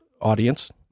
audience